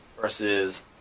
versus